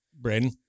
Braden